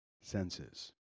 senses